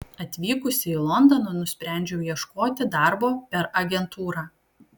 atvykusi į londoną nusprendžiau ieškoti darbo per agentūrą